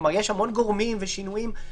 יש המון גורמים ושינויים.